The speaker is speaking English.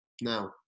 now